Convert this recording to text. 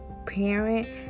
Parent